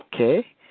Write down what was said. okay